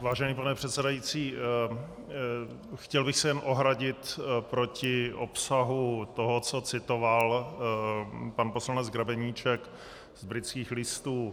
Vážený pane předsedající, chtěl bych se jen ohradit proti obsahu toho, co citoval pan poslanec Grebeníček z Britských listů.